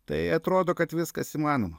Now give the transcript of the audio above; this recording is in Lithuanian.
tai atrodo kad viskas įmanoma